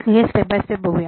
step by step बघूया